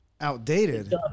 Outdated